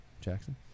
Jackson